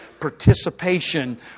participation